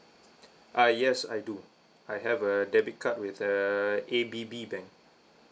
ah yes I do I have a debit card with uh A B B bank